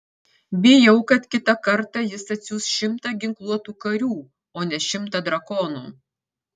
bijau kad kitą kartą jis atsiųs šimtą ginkluotų karių o ne šimtą drakonų